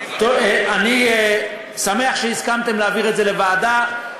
אני שמח שהסכמתם להעביר את זה לוועדה,